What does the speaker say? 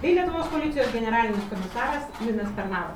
bei lietuvos policijos generalinis komisaras linas pernavas